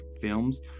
films